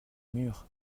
murs